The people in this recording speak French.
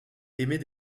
émet